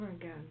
again